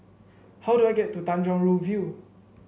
how do I get to Tanjong Rhu View